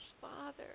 Father